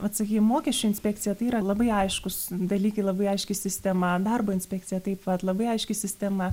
vat sakykim mokesčių inspekcija tai yra labai aiškūs dalykai labai aiški sistema darbo inspekcija taip pat labai aiški sistema